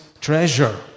treasure